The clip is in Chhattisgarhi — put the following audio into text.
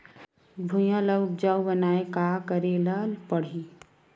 भुइयां ल उपजाऊ बनाये का करे ल पड़ही?